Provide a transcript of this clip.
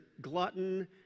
glutton